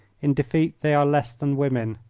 in defeat they are less than women.